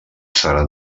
serà